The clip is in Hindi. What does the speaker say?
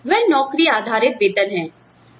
तो वह नौकरी आधारित वेतन है